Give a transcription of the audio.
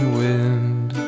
wind